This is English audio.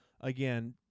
Again